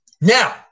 Now